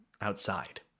outside